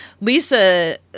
Lisa